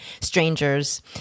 Strangers